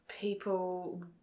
people